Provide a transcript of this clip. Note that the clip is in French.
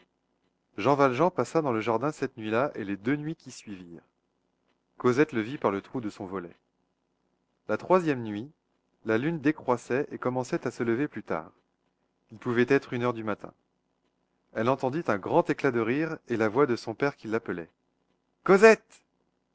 jean valjean passa dans le jardin cette nuit-là et les deux nuits qui suivirent cosette le vit par le trou de son volet la troisième nuit la lune décroissait et commençait à se lever plus tard il pouvait être une heure du matin elle entendit un grand éclat de rire et la voix de son père qui l'appelait cosette